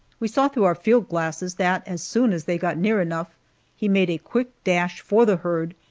we saw through our field glasses that as soon as they got near enough he made a quick dash for the herd,